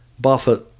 Buffett